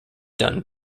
done